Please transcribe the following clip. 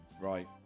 Right